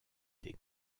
des